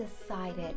decided